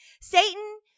Satan